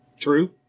True